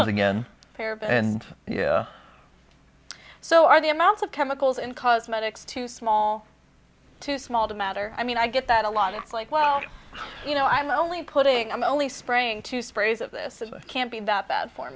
thing in fair bit and you know so are the amounts of chemicals in cosmetics too small too small to matter i mean i get that a lot it's like well you know i'm only putting i'm only spraying two sprays of this can't be that bad for